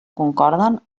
concorden